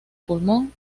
pulmón